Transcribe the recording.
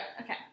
Okay